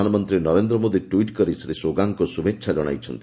ପ୍ରଧାନମନ୍ତ୍ରୀ ନରେନ୍ଦ୍ର ମୋଦୀ ଟ୍ୱିଟ୍ କରି ଶ୍ରୀ ସୁଗାଙ୍କୁ ଶୁଭେଚ୍ଛା ଜଣାଇଛନ୍ତି